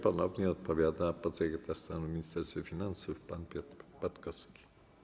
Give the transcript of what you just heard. Ponownie odpowiada podsekretarz stanu w Ministerstwie Finansów pan Piotr Patkowski.